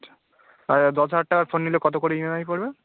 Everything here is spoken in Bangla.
আচ্ছা আর দশ হাজার টাকার ফোন নিলে কত করে ইএমআই পড়বে